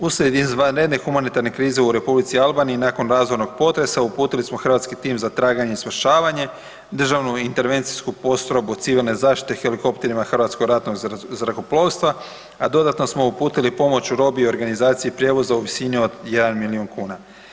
Uslijed izvanredne humanitarne krize u Republici Albaniji nakon razornog potresa uputili smo hrvatski tim za traganje i spašavanje Državnu intervencijsku postrojbu civilne zaštite helikopterima Hrvatskog ratnog zrakoplovstva, a dodatno smo uputili pomoć u robi i organizaciji prijevoza u visini od jedan milijun kuna.